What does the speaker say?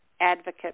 advocate